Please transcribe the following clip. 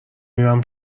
میرم